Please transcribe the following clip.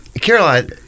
Caroline